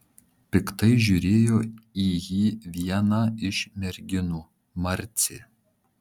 piktai žiūrėjo į jį viena iš merginų marcė